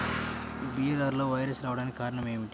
బీరలో వైరస్ రావడానికి కారణం ఏమిటి?